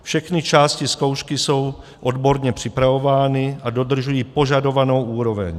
Všechny části zkoušky jsou odborně připravovány a dodržují požadovanou úroveň.